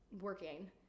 working